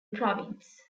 province